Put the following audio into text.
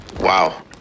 wow